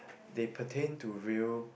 they pertain to real